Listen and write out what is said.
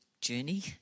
journey